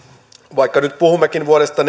vaikka nyt puhummekin vuodesta